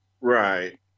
right